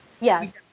Yes